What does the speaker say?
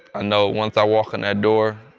ah know once i walk in that door,